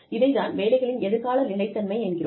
இதைத் தான் வேலைகளின் எதிர்கால நிலைத்தன்மை என்கிறோம்